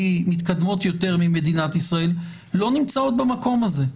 מתקדמות יותר ממדינת ישראל לא נמצאות במקום הזה.